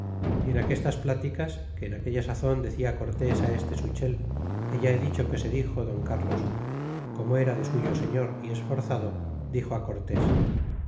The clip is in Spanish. y en aquestas catel pláticas que en aquella sazon decia cortés este stichel que ya he dicho que se dixo don cárlos como era de suyo señor y esforzado dixo